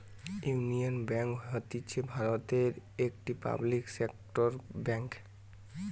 union bank হতিছে ভারতের একটি পাবলিক সেক্টর বেঙ্ক